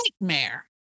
Nightmare